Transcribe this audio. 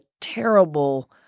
terrible